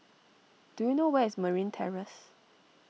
do you know where is Marine Terrace